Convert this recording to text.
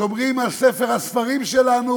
שומרים על ספר הספרים שלנו,